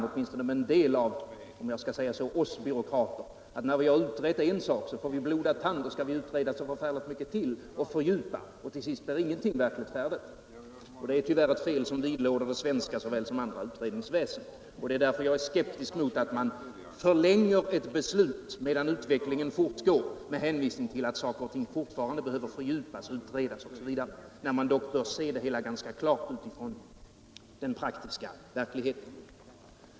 Åtminstone med en del av ”oss” byråkrater är det så att när vi utrett en sak får vi blodad tand och skall utreda så förfärligt mycket till och fördjupa oss, och till sist blir ingenting riktigt färdigt. Det är tyvärr ett fel som vidlåder det svenska utredningsväsendet såväl som andra. Det är därför jag är skeptisk mot att förlänga ett beslut medan utvecklingen fortgår med hänvisning till att det fortfarande behövs utredning, fördjupning osv. när vi bör kunna se det hela ganska klart utifrån den praktiska verkligheten.